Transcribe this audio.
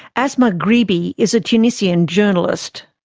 asma ghribi is a tunisian journalist.